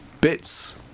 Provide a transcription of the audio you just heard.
bits